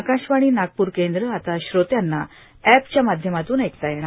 आकाशवाणी नागपूर केंद्र आता श्रोत्यांना अप्टच्या माध्यमातून ऐकता येणार